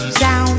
sound